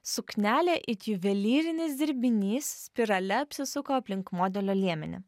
suknelė it juvelyrinis dirbinys spirale apsisuko aplink modelio liemenį